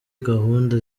gahunda